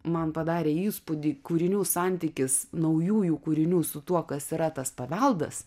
man padarė įspūdį kūrinių santykis naujųjų kūrinių su tuo kas yra tas paveldas